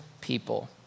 people